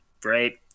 great